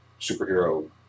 superhero